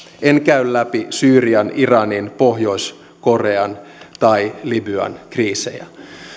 en käy läpi syyrian iranin pohjois korean tai libyan kriisejä